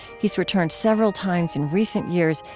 he's returned several times in recent years,